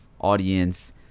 audience